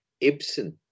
Ibsen